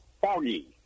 foggy